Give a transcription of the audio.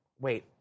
wait